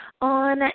on